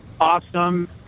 awesome